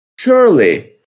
Surely